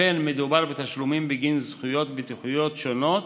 לכן מדובר בתשלומים בגין זכויות ביטוחיות שונות,